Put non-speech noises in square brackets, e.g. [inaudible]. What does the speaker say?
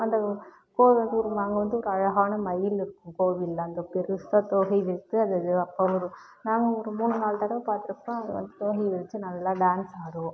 அந்த கோவில் [unintelligible] அங்கே வந்து ஒரு அழகான மயில் இருக்கும் கோவிலில் அந்த பெரிசா தோகை விரித்து அது அது அப்போது ஒரு நாங்கள் ஒரு மூணு நாலு தடவை பார்த்துருக்கோம் அது வந்து தோகையை விரிச்சு நல்லா டான்ஸ் ஆடும்